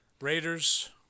Raiders